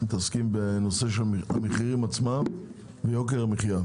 אנחנו מתעסקים בנושא של המחירים ויוקר המחייה.